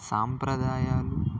సాంప్రదాయాలు